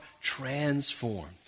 transformed